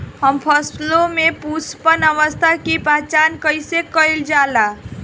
हम फसलों में पुष्पन अवस्था की पहचान कईसे कईल जाला?